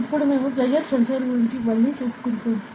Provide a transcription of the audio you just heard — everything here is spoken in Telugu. ఇప్పుడు మేము ప్రెజర్ సెన్సార్ గురించి మళ్ళి చెప్పుకుందాం